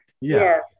Yes